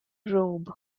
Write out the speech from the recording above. robe